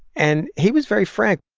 and he was very frank.